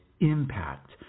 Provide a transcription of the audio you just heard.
impact